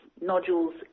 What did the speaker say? nodules